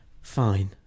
Fine